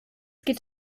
geht